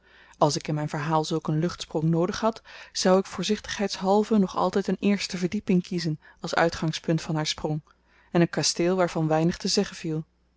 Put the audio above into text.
als ik in myn verhaal zulk een luchtsprong noodig had zou ik voorzichtigheidshalve nog altyd een eerste verdieping kiezen als uitgangspunt van haar sprong en een kasteel waarvan weinig te zeggen viel